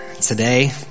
today